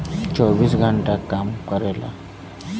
चौबीस घंटा काम करेला